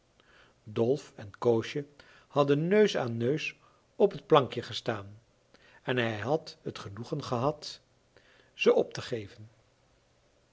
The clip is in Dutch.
dolf en koosje hadden neus aan neus op het plankje gestaan en hij had het genoegen gehad ze op te geven